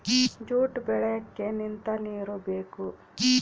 jute ಬೆಳಿಯಕ್ಕೆ ನಿಂತ ನೀರು ಬೇಕು